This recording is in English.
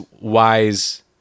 wise